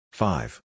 five